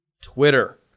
Twitter